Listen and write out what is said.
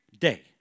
day